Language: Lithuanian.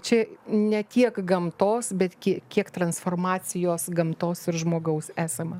čia ne tiek gamtos bet kie kiek transformacijos gamtos ir žmogaus esama